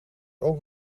ook